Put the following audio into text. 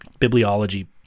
Bibliology